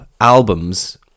albums